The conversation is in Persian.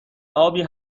ابی